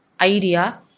idea